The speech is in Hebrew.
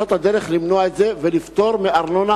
זאת הדרך למנוע את זה ולפטור מארנונה